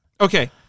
Okay